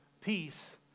peace